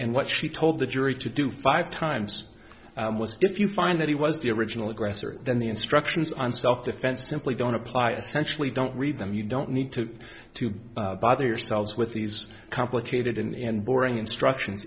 and what she told the jury to do five times if you find that he was the original aggressor then the instructions on self defense simply don't apply essentially don't read them you don't need to to bother yourselves with these complicated and boring instruction